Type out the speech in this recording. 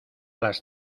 las